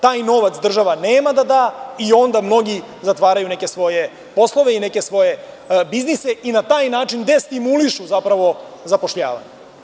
Taj novac država nema da da i onda mnogi zatvaraju neke svoje poslove i neke svoje biznise i na taj način destimulišu zapravo zapošljavanje.